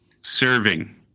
Serving